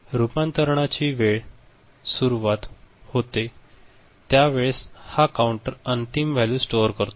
रूपांतरणाची वेळेस सुरुवात होते त्या वेळेस हा काउंटर अंतिम वॅल्यू स्टोर करतो